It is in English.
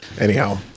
Anyhow